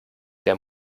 der